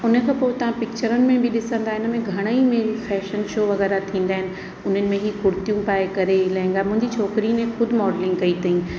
उन खां पोइ तव्हां पिक्चरनि में बि ॾिसंदा इन में घणाई मेन फैशन शो वग़ैरह थींदा आहिनि उन्हनि में हीअ कुर्तियूं पाए करे लहंगा मुंहिंजी छोकिरी ने ख़ुदि मॉडलिंग कई अथईं